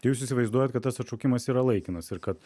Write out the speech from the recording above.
tai jūs įsivaizduojat kad tas atšaukimas yra laikinas ir kad